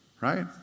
right